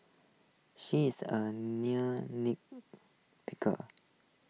she is A near nit picker